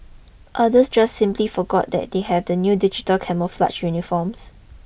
others just simply forgot that they have the new digital camouflage uniforms